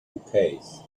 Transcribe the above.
hookahs